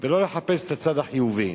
ולא לחפש את הצד החיובי.